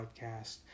podcast